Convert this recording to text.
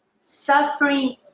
suffering